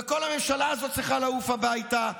וכל הממשלה הזו צריכה לעוף הביתה.